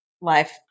life